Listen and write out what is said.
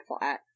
flat